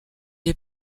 est